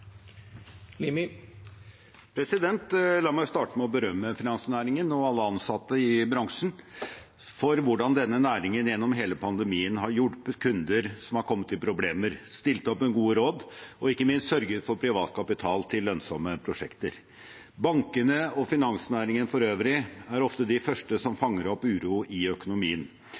La meg starte med å berømme finansnæringen og alle ansatte i bransjen for hvordan denne næringen gjennom hele pandemien har hjulpet kunder som har kommet i problemer, stilt opp med gode råd, og ikke minst sørget for privat kapital til lønnsomme prosjekter. Bankene og finansnæringen for øvrig er ofte de første som fanger opp uro i økonomien,